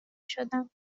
شدم